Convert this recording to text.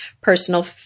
personal